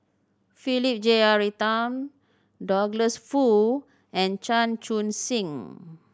Philip Jeyaretnam Douglas Foo and Chan Chun Sing